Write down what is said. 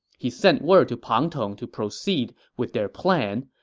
he sent word to pang tong to proceed with their plan,